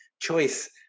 choice